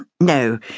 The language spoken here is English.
No